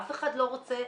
אף אחד לא רוצה.